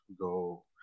go